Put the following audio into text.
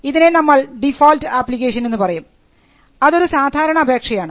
ഇതിനെ നമ്മൾ default application എന്ന് പറയും അതൊരു സാധാരണ അപേക്ഷയാണ്